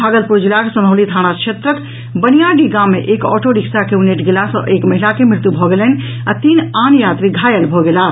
भागलपुर जिलाक सन्हौली थाना क्षेत्रक बनियाडीह गाम मे एक ऑटोरिक्शा के उनटि गेला सॅ एक महिला के मृत्यु भऽ गेलनि आ तीन आन यात्री घायल भऽ गेलाह